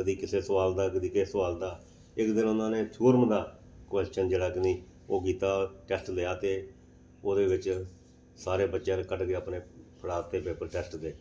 ਕਦੀ ਕਿਸੇ ਸਵਾਲ ਦਾ ਕਦੀ ਕਿਸੇ ਸਵਾਲ ਦਾ ਇੱਕ ਦਿਨ ਉਹਨਾਂ ਨੇ ਥਿਊਰਮ ਦਾ ਕੁਸਚਨ ਜਿਹੜਾ ਕਨੀ ਉਹ ਕੀਤਾ ਟੈਸਟ ਲਿਆ ਅਤੇ ਉਹਦੇ ਵਿੱਚ ਸਾਰੇ ਬੱਚਿਆਂ ਨੇ ਕੱਢ ਕੇ ਆਪਣੇ ਫੜਾ ਦਿੱਤੇ ਪੇਪਰ ਟੈਸਟ ਦੇ